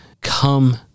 Come